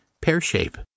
pear-shape